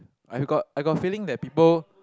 I've got I got a feeling that people